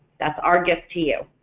that's our gift to you.